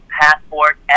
Passport